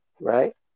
right